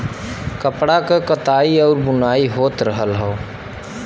कपड़ा क कताई आउर बुनाई होत रहल हौ